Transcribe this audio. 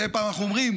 מדי פעם אנחנו אומרים: